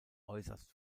äußerst